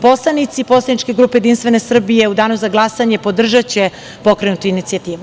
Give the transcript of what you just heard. Poslanici poslaničke grupe Jedinstvene Srbije u danu za glasanje podržaće pokrenutu inicijativu.